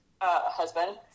husband